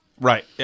Right